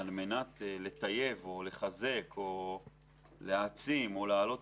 על מנת לטייב או לחזק או להעצים או להעלות